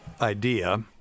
idea